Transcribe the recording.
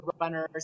runners